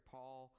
Paul